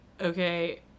okay